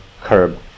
curb